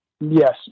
Yes